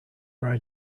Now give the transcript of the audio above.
are